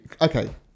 Okay